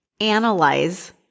analyze